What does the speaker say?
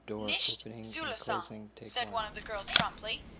nicht zulassung, said one of the girls promptly.